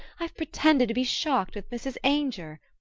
i've pretended to be shocked with mrs. ainger.